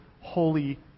holy